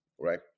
right